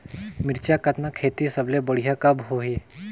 मिरचा कतना खेती सबले बढ़िया कब होही?